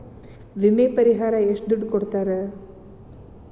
ವಿಮೆ ಪರಿಹಾರ ಎಷ್ಟ ದುಡ್ಡ ಕೊಡ್ತಾರ?